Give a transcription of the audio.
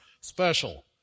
special